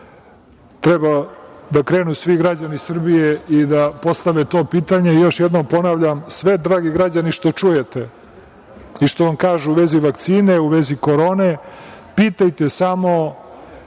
treba da krenu svi građani Srbije i da postave to pitanje. Još jednom ponavljam, dragi građani, sve što čujete i što vam kažu u vezi vakcine, u vezi korone, pitajte samo